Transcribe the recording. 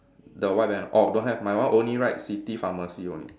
the white banner orh don't have my one only write city pharmacy only